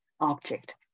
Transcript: object